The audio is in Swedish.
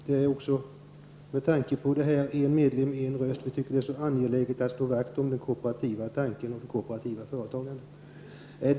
Det är också med tanke på grundprincipen en medlem en röst som vi anser att det är så angeläget att slå vakt om den kooperativa tanken och det kooperativa företagandet.